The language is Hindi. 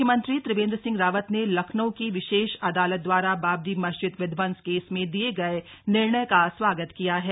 मुख्यमंत्री त्रिवेन्द्र सिंह रावत ने लखनऊ की विशेष अदालत द्वारा बाबरी मस्जिद विध्वंस केस में दिए गए निर्णय का स्वागत किया है